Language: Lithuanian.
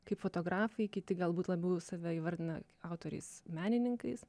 kaip fotografai kiti galbūt labiau save įvardina autoriais menininkais